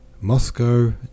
Moscow